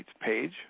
page